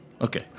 Okay